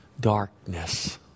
darkness